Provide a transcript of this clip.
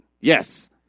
Yes